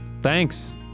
Thanks